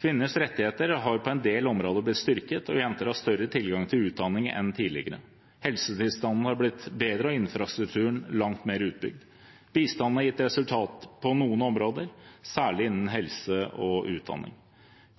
Kvinners rettigheter har på en del områder blitt styrket, og jenter har større tilgang til utdanning enn tidligere. Helsetilstanden har blitt bedre og infrastrukturen langt mer utbygd. Bistanden har gitt resultater på noen områder, særlig innen helse og utdanning.